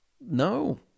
No